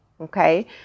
Okay